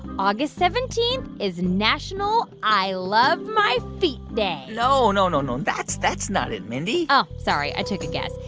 august seventeen is national i love my feet day no, no, no, no. that's that's not it, mindy oh, sorry. i took a guess.